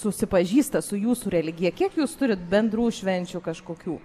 susipažįsta su jūsų religija kiek jūs turit bendrų švenčių kažkokių